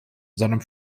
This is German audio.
sondern